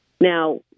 Now